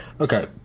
okay